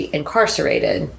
incarcerated